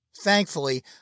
Thankfully